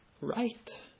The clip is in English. right